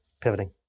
pivoting